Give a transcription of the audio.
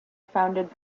founded